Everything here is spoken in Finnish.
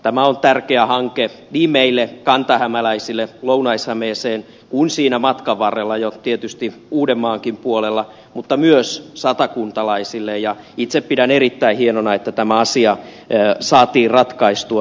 tämä on tärkeä hanke niin meille kantahämäläisille lounais hämeeseen kuin siinä matkan varrella jo tietysti uudenmaankin puolella mutta myös satakuntalaisille ja itse pidän erittäin hienona että tämä asia saatiin ratkaistua